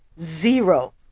zero